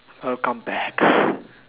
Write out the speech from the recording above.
I'll come back